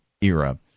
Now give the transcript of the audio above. era